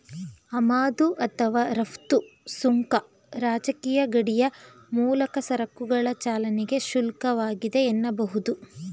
ಆಮದು ಅಥವಾ ರಫ್ತು ಸುಂಕ ರಾಜಕೀಯ ಗಡಿಯ ಮೂಲಕ ಸರಕುಗಳ ಚಲನೆಗೆ ಶುಲ್ಕವಾಗಿದೆ ಎನ್ನಬಹುದು